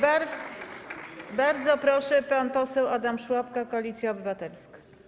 Bardzo proszę, pan poseł Adam Szłapka, Koalicja Obywatelska.